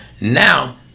Now